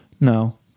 No